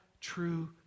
true